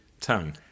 tongue